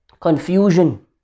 confusion